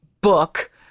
book